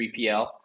3PL